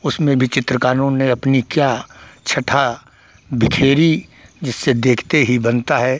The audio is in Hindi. उसमें भी चित्रकारों ने अपनी क्या छटा बिखेरी जिसे देखते ही बनता है